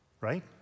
right